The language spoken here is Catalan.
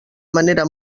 manera